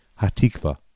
Hatikva